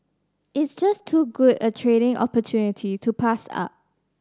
it's just too good a training opportunity to pass up